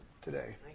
today